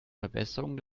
verbesserung